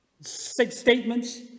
statements